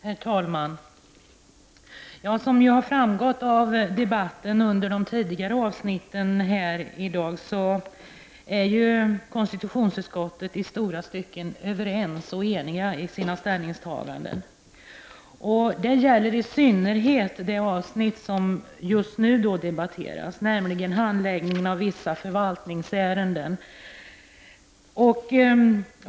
Herr talman! Som framgått av debatten under de tidigare avsnitten i dag är konstitutionsutskottet i stora stycken överens och enigt i sina ställningstaganden. Det gäller i synnerhet det avsnitt som just nu debatteras, nämligen Handläggning av vissa förvaltningsärenden.